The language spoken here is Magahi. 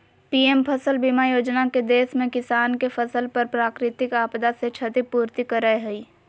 पीएम फसल बीमा योजना के देश में किसान के फसल पर प्राकृतिक आपदा से क्षति पूर्ति करय हई